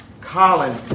Colin